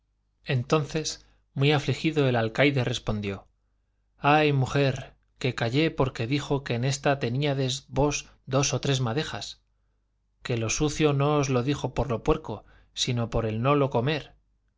entonces muy afligido el alcaide respondió ay mujer que callé porque dijo que en esa teníades vos dos o tres madejas que lo sucio no os lo dijo por lo puerco sino por el no lo comer